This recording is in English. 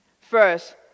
First